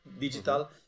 digital